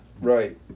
Right